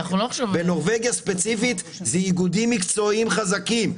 בנורבגיה ספציפית אלו איגודים מקצועיים חזקים.